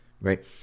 right